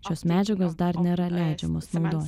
šios medžiagos dar nėra leidžiamos naudo